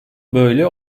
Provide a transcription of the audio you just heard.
böyle